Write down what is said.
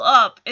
up